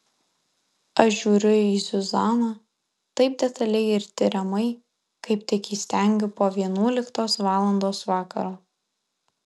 aš žiūriu į zuzaną taip detaliai ir tiriamai kaip tik įstengiu po vienuoliktos valandos vakaro